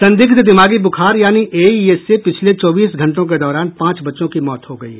संदिग्ध दिमागी बुखार यानि एईएस से पिछले चौबीस घंटों के दौरान पांच बच्चों की मौत हो गयी